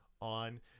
on